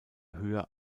höher